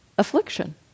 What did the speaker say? Affliction